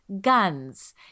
guns